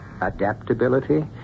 adaptability